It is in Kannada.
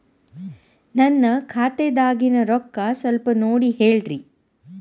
ನನ್ನ ಖಾತೆದಾಗಿನ ರೊಕ್ಕ ಸ್ವಲ್ಪ ನೋಡಿ ಹೇಳ್ರಿ